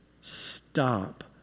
Stop